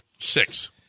six